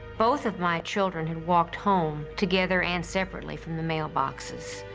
both of my children had walked home together and separately from the mailboxes.